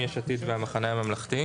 יש עתיד והמחנה הממלכתי.